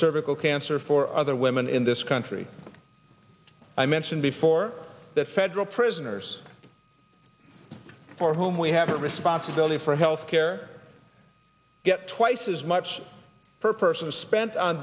cervical cancer for other women in this country i mentioned before the federal prisoners for whom we have a responsibility for health care get twice as much per person spent on